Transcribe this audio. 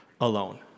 alone